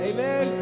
Amen